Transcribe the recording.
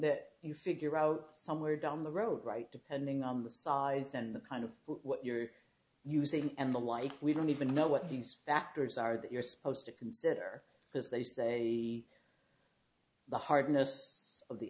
that you figure out somewhere down the road right depending on the size and the kind of what you're using and the like we don't even know what these factors are that you're supposed to consider as they say the hardness of the